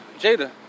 Jada